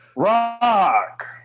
rock